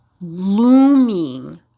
looming